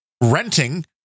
renting